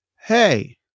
hey